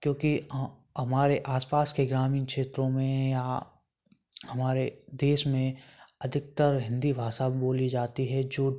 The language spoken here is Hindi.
क्योंकि हमारे आसपास के ग्रामीण क्षेत्रों में यहाँ हमारे देश में अधिकतर हिंदी भाषा भी बोली जाती है जो